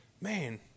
man